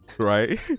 right